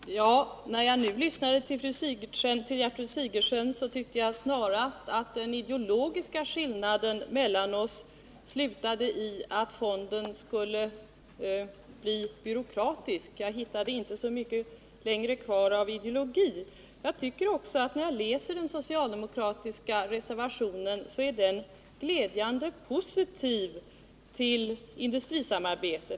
Herr talman! När jag nu lyssnade till Gertrud Sigurdsen tyckte jag snarast att skillnaden mellan oss slutade i att fonden skulle bli ett utslag av byråkrati. Jag uppfattade inte att det fanns så mycket mer kvar av ideologiska motsättningar. När jag läser den socialdemokratiska reservationen tycker jag också att den är glädjande positiv till industrisamarbete.